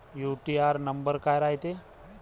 UTR number काय रायते?